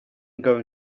going